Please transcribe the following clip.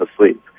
asleep